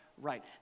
right